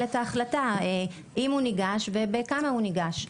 את ההחלטה אם הוא ניגש ובכמה הוא ניגש.